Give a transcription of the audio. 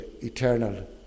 eternal